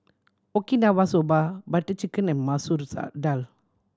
Okinawa Soba Butter Chicken and Masoor Dal